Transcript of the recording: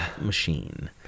machine